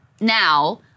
Now